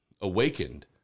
awakened